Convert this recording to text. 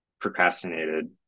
procrastinated